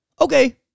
okay